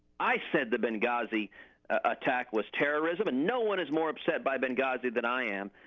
i said the benghazi attack was terrorism and no one is more upset by benghazi than i am,